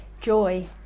joy